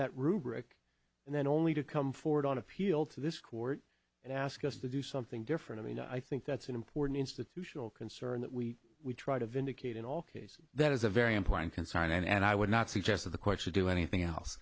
rubric and then only to come forward on appeal to this court and ask us to do something different i mean i think that's an important institutional concern that we we try to vindicate in all cases that is a very important concern and i would not suggest that the court should do anything else